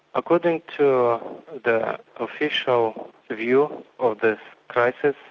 according to the official view of the crisis,